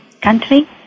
country